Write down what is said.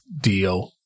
deal